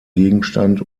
gegenstand